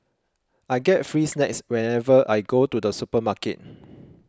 I get free snacks whenever I go to the supermarket